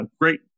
great